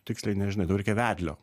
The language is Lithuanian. tiksliai nežinai tau reikia vedlio